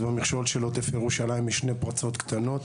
אז במכשול של עוטף ירושלים יש שתי פרצות קטנות